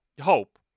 hope